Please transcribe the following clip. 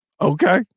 Okay